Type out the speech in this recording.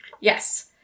Yes